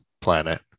planet